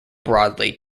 broadly